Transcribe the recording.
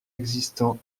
existants